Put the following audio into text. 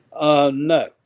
No